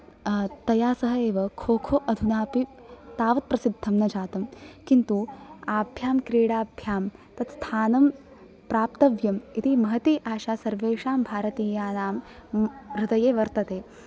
तया सह एव खो खो अधुना तावत् प्रसिद्धं न जातं कितु आभ्यां क्रीडाभ्यां तत्स्थानं प्राप्तव्यम् इति महती आशा सर्वेषां भारतीयानां हृदये वर्तते